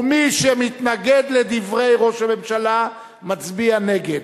ומי שמתנגד לדברי ראש הממשלה מצביע נגד.